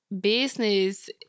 business